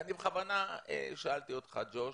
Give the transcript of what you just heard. אני בכוונה שאלתי את ג'וש